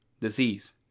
disease